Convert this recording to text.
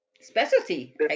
specialty